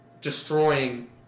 destroying